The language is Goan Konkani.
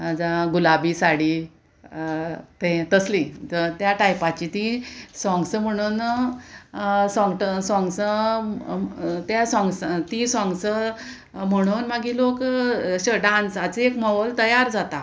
जावं गुलाबी साडी ते तसली त्या टायपाची ती सोंग्स म्हणून सोंगट सोंग्स त्या सोंग्सां ती सोंग्स म्हणून मागीर लोक अशें डांसाचो एक मोल तयार जाता